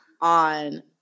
on